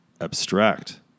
abstract